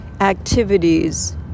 activities